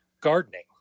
gardening